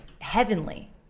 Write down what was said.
heavenly